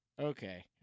okay